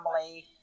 family